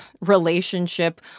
relationship